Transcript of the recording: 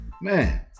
man